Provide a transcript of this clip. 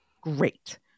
Great